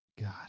God